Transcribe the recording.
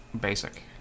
basic